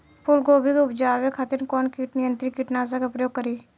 फुलगोबि के उपजावे खातिर कौन कीट नियंत्री कीटनाशक के प्रयोग करी?